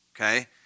okay